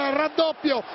raddoppio